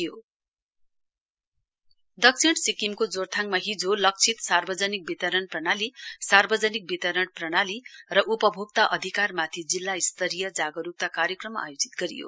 awareness programme दक्षिण सिक्किमको जोइथाङमा हिजो लक्षित सार्वजनिक वितरण प्रणाली सार्वजनिक वितरण प्रणाली र उपभोक्ता अधिकारीमाथि जिल्ला स्तरीय जागरुकता कार्यक्रम आयोजित गरियो